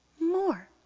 more